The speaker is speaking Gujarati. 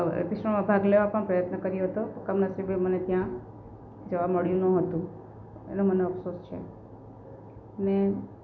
એપિસોડમાં ભાગ લેવા પણ પ્રયત્ન કર્યો તો કમનસિબે મને ત્યાં જવા મળ્યું નો હતું એનો મને અફસોસ છે મેં